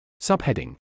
Subheading